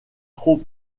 trop